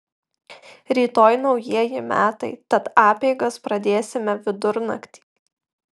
rytoj naujieji metai tad apeigas pradėsime vidurnaktį